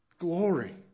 glory